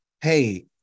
Hey